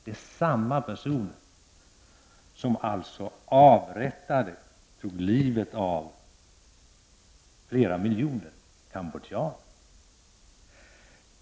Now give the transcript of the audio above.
Det är samma personer som tog livet av flera miljoner cambodjaner.